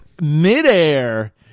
midair